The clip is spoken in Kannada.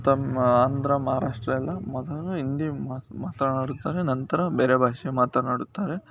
ತಮ್ಮ ಆಂಧ್ರ ಮಹಾರಾಷ್ಟ್ರ ಎಲ್ಲ ಮೊದಲು ಹಿಂದಿ ಮಾತು ಮಾತನಾಡುತ್ತಾರೆ ನಂತರ ಬೇರೆ ಭಾಷೆ ಮಾತನಾಡುತ್ತಾರೆ